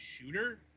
shooter